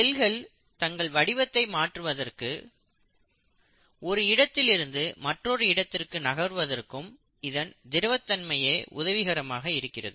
செல்கள் தங்கள் வடிவத்தை மாற்றுவதற்கும் ஒரு இடத்திலிருந்து மற்றொரு இடத்திற்கு நகர்வதற்கும் இதன் திரவத்தன்மையே உதவிகரமாக இருக்கிறது